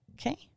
Okay